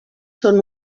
són